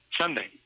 Sunday